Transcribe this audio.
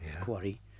Quarry